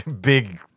big